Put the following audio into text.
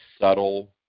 subtle